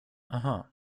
aha